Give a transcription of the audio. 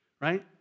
Right